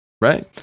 right